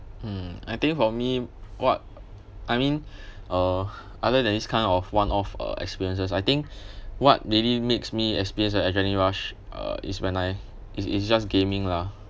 mm I think for me what I mean uh other than this kind of one-off uh experiences I think what really makes me experience an adrenaline rush uh is when I it's it's just gaming lah